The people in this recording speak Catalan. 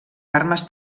armes